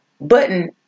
button